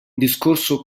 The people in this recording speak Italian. discorso